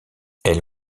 elle